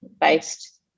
based